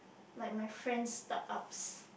like my friends' startups